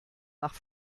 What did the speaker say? nach